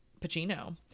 Pacino